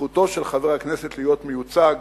זכותו של חבר הכנסת להיות מיוצג